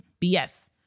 BS